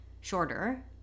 shorter